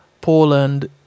poland